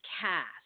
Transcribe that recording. cast